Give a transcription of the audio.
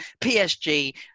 PSG